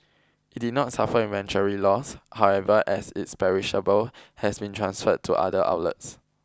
it did not suffer inventory losses however as its perishable has been transferred to other outlets